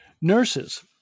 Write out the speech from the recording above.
Nurses